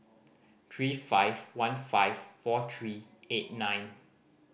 three five one five four three eight nine